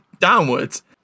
downwards